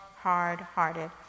hard-hearted